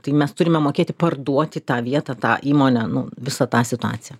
tai mes turime mokėti parduoti tą vietą tą įmonę nu visą tą situaciją